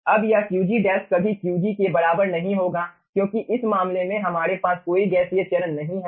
अब यह Qg कभी Qg के बराबर नहीं होगा क्योंकि इस मामले में हमारे पास कोई गैसीय चरण नहीं है